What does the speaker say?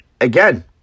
again